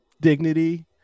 dignity